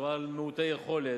אם מדובר על מעוטי יכולת,